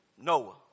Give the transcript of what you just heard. Noah